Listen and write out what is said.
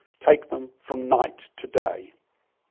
take them from night to day.